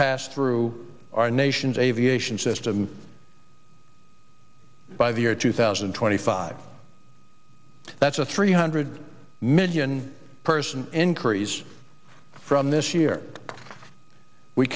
pass through our nation's aviation system by the year two thousand and twenty five that's a three hundred million person increase from this year we